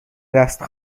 دست